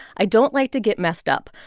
i don't like to get messed up.